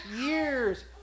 years